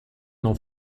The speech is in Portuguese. não